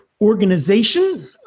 organization